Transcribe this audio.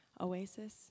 Oasis